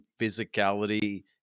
physicality